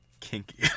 Kinky